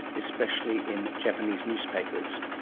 especially in japanese newspapers.